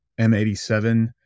m87